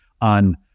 on